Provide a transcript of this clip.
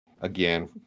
Again